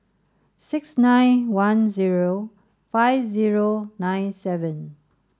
six nine one zero five zero nine seven